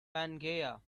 pangaea